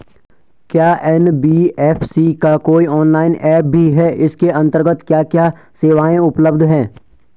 क्या एन.बी.एफ.सी का कोई ऑनलाइन ऐप भी है इसके अन्तर्गत क्या क्या सेवाएँ उपलब्ध हैं?